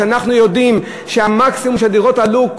שאנחנו יודעים שהמקסימום שהדירות עלו,